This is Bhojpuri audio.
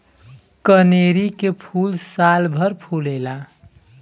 कनेरी के फूल सालभर फुलेला